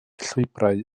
llwybrau